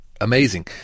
Amazing